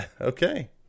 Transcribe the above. Okay